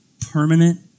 permanent